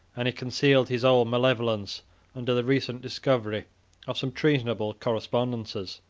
and he concealed his old malevolence under the recent discovery of some treasonable correspondences.